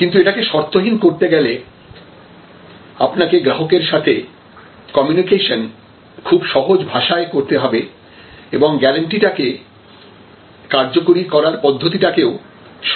কিন্তু এটাকে শর্তহীন করতে গেলে আপনাকে গ্রাহকের সাথে কমিউনিকেশন খুব সহজ ভাষায় করতে হবে এবং গ্যারান্টি টাকে কার্যকরী করার পদ্ধতি টাকেও সহজ করতে হবে